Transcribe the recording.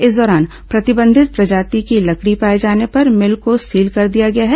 इस दौरान प्रतिबंधित प्रजाति की लकड़ी पाए जाने पर मिल को सील कर दिया गया है